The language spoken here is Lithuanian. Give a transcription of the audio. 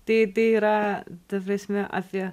taip tai yra ta prasme apie